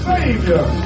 Savior